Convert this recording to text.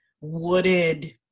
wooded